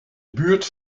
buurt